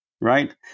right